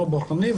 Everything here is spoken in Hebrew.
אנחנו בוחנים,